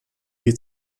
wie